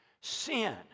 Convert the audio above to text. sin